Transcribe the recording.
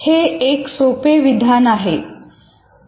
हे एक सोपे विधान आहे